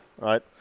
right